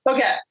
Okay